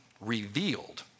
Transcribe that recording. Revealed